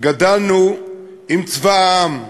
גדלנו עם צבא העם.